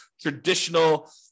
traditional